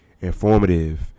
informative